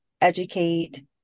educate